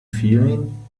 feeling